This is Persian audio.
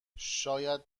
شاید